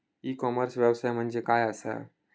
E commerce व्यवसाय म्हणजे काय असा?